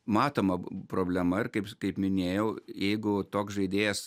matoma problema ir kaip kaip minėjau jeigu toks žaidėjas